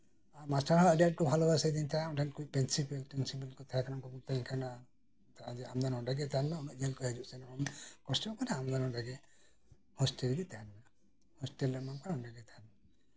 master ᱦᱚᱸ ᱟᱹᱰᱤ ᱟᱸᱴ ᱠᱚ ᱵᱷᱟᱞᱳᱵᱟᱥᱟᱧ ᱠᱟᱱ ᱛᱟᱸᱦᱮᱜ ᱯᱨᱤᱱᱥᱤᱯᱟᱞ ᱠᱚᱡ ᱯᱨᱤᱱᱥᱤᱯᱟᱞ ᱠᱚ ᱢᱤᱛᱟᱹᱧ ᱠᱟᱱᱟ ᱟᱢ ᱫᱚ ᱱᱚᱰᱮᱜᱮ ᱛᱟᱸᱦᱮᱱ ᱢᱮ ᱦᱤᱡᱩᱜ ᱥᱮᱱᱚᱜ ᱛᱮᱢ ᱠᱚᱥᱴᱚᱜ ᱠᱟᱱᱟ ᱟᱢ ᱫᱚ ᱱᱚᱰᱮ ᱜᱮ ᱦᱚᱥᱴᱮᱞ ᱨᱮ ᱛᱟᱸᱦᱮᱱ ᱢᱮ ᱦᱚᱥᱴᱮᱞᱞᱮ ᱮᱢᱟᱢ ᱠᱟᱱᱟ ᱚᱱᱰᱮ ᱜᱮ ᱛᱟᱸᱦᱮᱱ ᱢᱮ